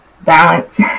balance